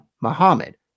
Muhammad